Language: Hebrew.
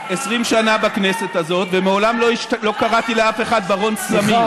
אני 20 שנה בכנסת הזאת ומעולם לא קראתי לאף אחד ברון סמים.